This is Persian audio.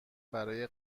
برای